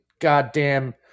goddamn